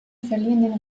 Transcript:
verlieren